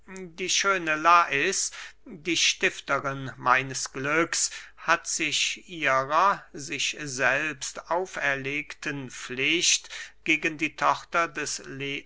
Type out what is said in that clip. die schöne lais die stifterin meines glücks hat sich ihrer sich selbst auferlegten pflicht gegen die tochter des